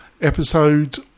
episode